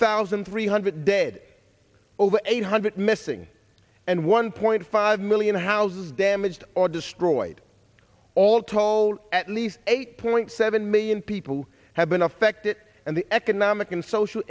thousand three hundred dead over eight hundred missing and one point five million houses damaged or destroyed all told at least eight point seven million people have been affected and the economic and social